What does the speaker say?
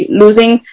losing